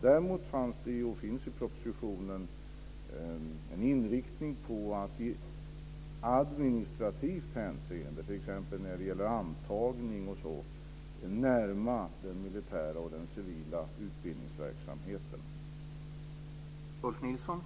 Däremot finns det i propositionen en inriktning att man i administrativt hänseende, t.ex. när det gäller antagning osv., ska föra den militära och den civila utbildningsverksamheten närmare varandra.